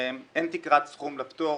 אין תקרת סכום לפטור